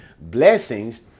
blessings